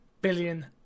billion